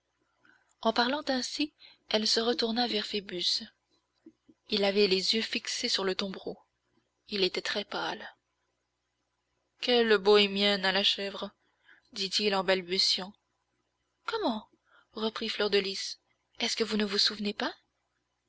en parlant ainsi elle se retourna vers phoebus il avait les yeux fixés sur le tombereau il était très pâle quelle bohémienne à la chèvre dit-il en balbutiant comment reprit fleur de lys est-ce que vous ne vous souvenez pas